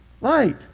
light